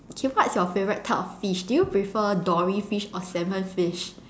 okay what's your favourite type of fish do you prefer dory fish or salmon fish